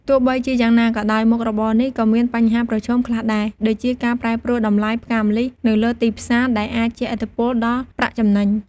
ទោះបីជាយ៉ាងណាក៏ដោយ មុខរបរនេះក៏មានបញ្ហាប្រឈមខ្លះដែរ ដូចជាការប្រែប្រួលតម្លៃផ្កាម្លិះនៅលើទីផ្សាដែលរអាចជះឥទ្ធិពលដល់ប្រាក់ចំណេញ។